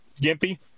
gimpy